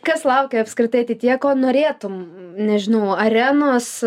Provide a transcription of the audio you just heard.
kas laukia apskritai ateityje ko norėtum nežinau arenos